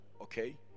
okay